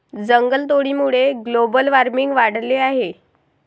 जंगलतोडीमुळे global warming वाढले आहे